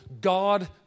God